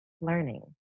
learning